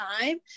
time